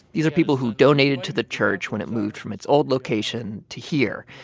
these are people who donated to the church when it moved from its old location to here.